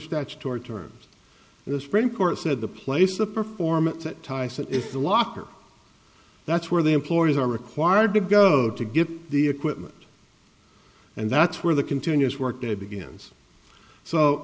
statutory terms this spring court said the place of performance at tyson if the locker that's where the employees are required to go to get the equipment and that's where the continuous work day begins